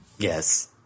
Yes